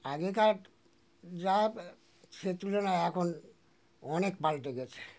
আগেকার যা সে তুলনায় এখন অনেক পালটে গিয়েছে